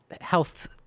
health